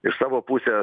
iš savo pusės